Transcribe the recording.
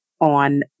on